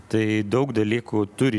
tai daug dalykų turi